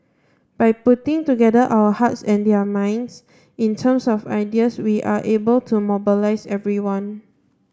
by putting together our hearts and their minds in terms of ideas we are able to mobilise everyone